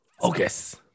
focus